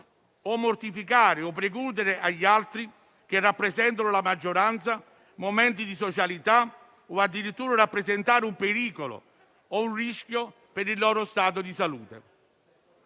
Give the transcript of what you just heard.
mortificando o precludendo agli altri, che rappresentano la maggioranza, momenti di socialità o addirittura rappresentando un pericolo o un rischio per la salute